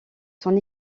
son